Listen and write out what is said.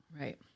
Right